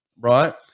right